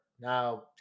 Now